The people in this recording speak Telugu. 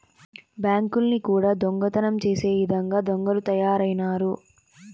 బ్యాంకుల్ని కూడా దొంగతనం చేసే ఇదంగా దొంగలు తయారైనారు